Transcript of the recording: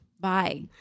bye